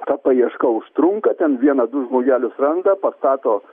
ta paieška užtrunka ten vieną du žmogelius randa pastato